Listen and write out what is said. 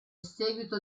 seguito